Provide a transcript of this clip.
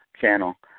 channel